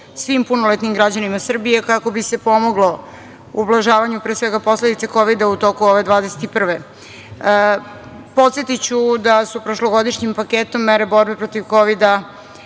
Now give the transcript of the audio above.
svim punoletnim građanima Srbije, kako bi se pomoglo ublažavanju pre svega posledica Kovida u toku ove 2021. godine. Podsetiću da su prošlogodišnjim paketom mera borbe protiv kovida